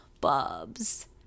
bubs